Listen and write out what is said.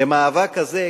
כי המאבק הזה,